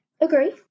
Agree